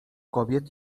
kobiet